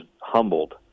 humbled